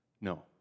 No